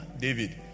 David